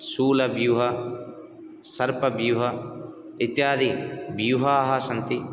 शूलव्यूह सर्पव्यूह इत्यादि व्यूहाः सन्ति